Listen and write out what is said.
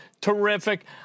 terrific